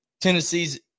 tennessee's